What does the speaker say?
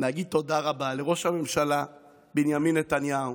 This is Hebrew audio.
להגיד תודה רבה לראש הממשלה בנימין נתניהו,